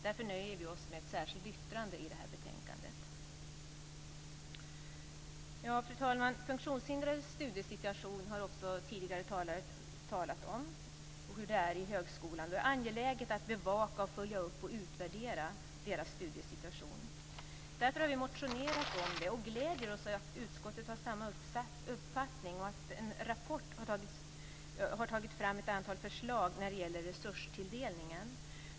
Därför nöjer vi oss med ett särskilt yttrande i det här betänkandet. Fru talman! De funktionshindrades studiesituation i högskolan har också tidigare talare varit inne på, hur angeläget det är att bevaka, följa upp och utvärdera deras studiesituation. Därför har vi motionerat om det, och det gläder oss att utskottet har samma uppfattning och att ett antal förslag har tagits fram i en rapport när det gäller resurstilldelningen.